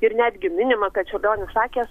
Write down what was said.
ir netgi minima kad čiurlionis sakęs